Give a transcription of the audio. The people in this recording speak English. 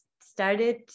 started